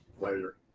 later